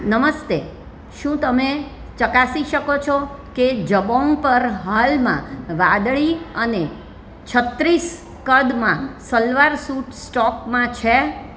નમસ્તે શું તમે ચકાસી શકો છો કે જબોંગ પર હાલમાં વાદળી અને છત્રીસ કદમાં સલવાર સૂટ સ્ટોકમાં છે